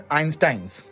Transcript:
Einsteins